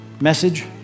message